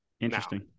Interesting